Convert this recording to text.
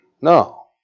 No